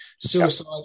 suicide